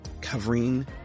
covering